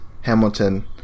hamilton